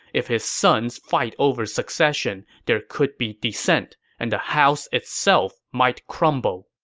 if his sons fight over succession, there could be dissent, and the house itself might crumble.